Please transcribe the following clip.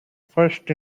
first